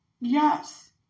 Yes